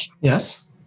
yes